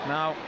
Now